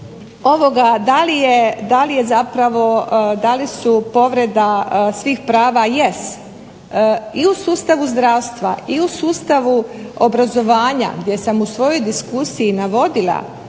ovoga da li je zapravo, da li su povreda svih prava jest. I u sustavu zdravstva i u sustavu obrazovanja gdje sam u svojoj diskusiji navodila